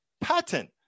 patent